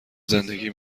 زندگی